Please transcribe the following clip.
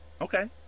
Okay